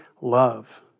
love